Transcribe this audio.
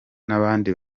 n’abandi